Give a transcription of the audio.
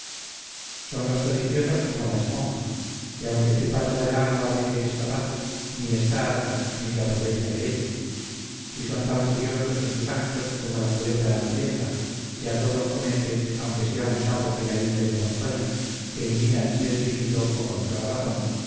son los codiciosos como la esponja que aunque chupa toda el agua de que es capaz ni está harta ni se aprovecha de ella y son tan furiosos en sus actos como la culebra hambrienta que a todo acomete aunque sea un sapo que la hinche de ponzoña que ni miran si es lícito o contra razón